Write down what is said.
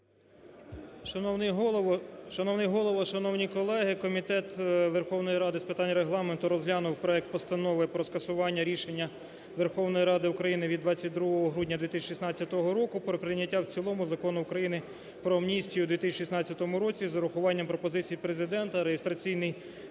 Шановний голово, шановні колеги, Комітет Верховної Ради з питань Регламенту розглянув проект Постанови про скасування рішення Верховної Ради України від 22 грудня 2016 року про прийняття в цілому Закону України "Про амністію у 2016 році" з урахуванням пропозицій Президента, реєстраційний